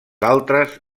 altres